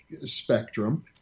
spectrum